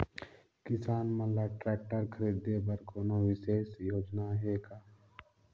किसान मन ल ट्रैक्टर खरीदे बर कोनो विशेष योजना हे का?